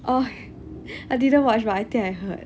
oh I didn't watch but I think I heard